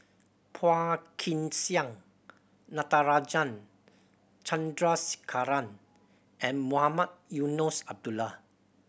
Phua Kin Siang Natarajan Chandrasekaran and Mohamed Eunos Abdullah